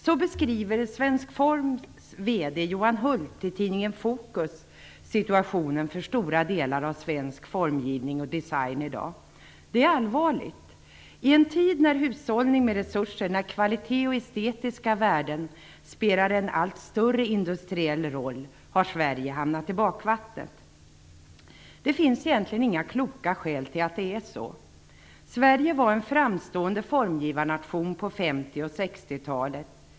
Så beskriver Svensk Forms VD Johan Hult i tidningen Fokus situationen för stora delar av svensk formgivning och design i dag. Det är allvarligt. I en tid när hushållning med resurser, när kvalitet och estetiska värden spelar en allt större industriell roll har Sverige hamnat i bakvattnet. Det finns egentligen inga kloka skäl till att det är så. Sverige var en framstående formgivarnation på 50 och 60-talen.